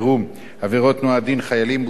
דין חיילים) בוטל בשנת 1975,